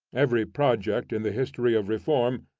every project in the history of reform,